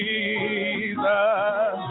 Jesus